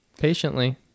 patiently